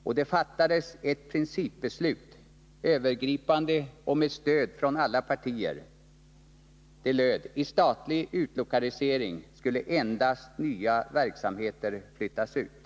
Och det fattades ett principbeslut, övergripande och med stöd från alla partier. Det löd: I statlig utlokalisering skall endast nya verksamheter flyttas ut.